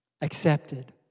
accepted